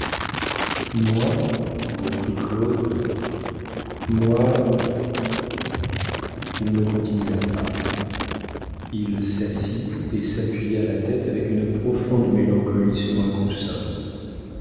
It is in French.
moi reprit claude moi il ne continua pas il s'assit et s'appuya la tête avec une profonde mélancolie sur un coussin